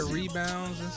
rebounds